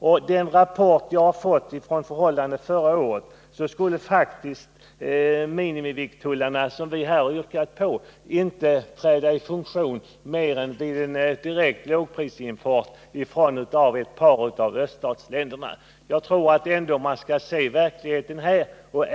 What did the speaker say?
Enligt den rapport jag har fått om förhållandet förra året skulle faktiskt minimivikttullarna, som vi här yrkat på, inte träda i funktion annat än vid en direkt lågprisimport från ett par av öststatsländerna. Jag tycker att man bör se på hur verkligheten är.